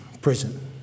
prison